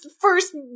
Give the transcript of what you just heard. first